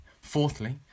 Fourthly